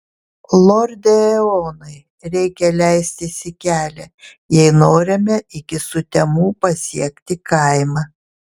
lorde eonai reikia leistis į kelią jei norime iki sutemų pasiekti kaimą